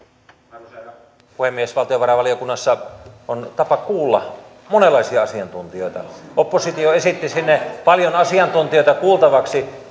arvoisa arvoisa herra puhemies valtiovarainvaliokunnassa on tapa kuulla monenlaisia asiantuntijoita oppositio esitti sinne paljon asiantuntijoita kuultavaksi